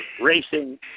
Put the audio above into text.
racing